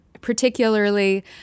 particularly